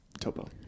Topo